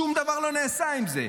שום דבר לא נעשה עם זה.